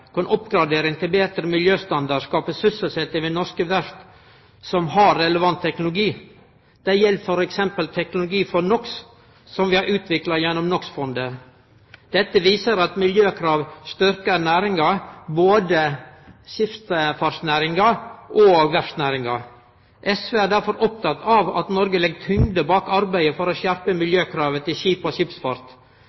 oppgradering til betre miljøstandard skape sysselsetjing ved norske verft som har relevant teknologi. Det gjeld f.eks. tiltak mot NOx som vi har utvikla gjennom NOx-fondet. Dette viser at miljøkrav styrkjer næringa, både skipsfartsnæringa og verftsnæringa. SV er derfor oppteke av at Noreg legg tyngd bak arbeidet for å skjerpe